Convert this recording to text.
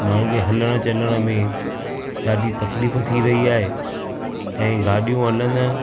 माण्हुनि खे हलण चलण में ॾाढी तकलीफ़ थी रही आहे ऐं गाॾियूं हलनि